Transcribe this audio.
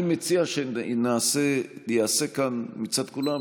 אני מציע שייעשה כאן מצד כולם,